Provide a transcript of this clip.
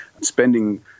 spending